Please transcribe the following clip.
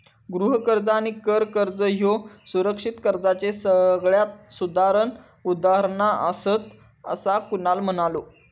गृह कर्ज आणि कर कर्ज ह्ये सुरक्षित कर्जाचे सगळ्यात साधारण उदाहरणा आसात, असा कुणाल म्हणालो